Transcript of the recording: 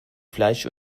fleisch